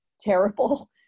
terrible